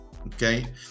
okay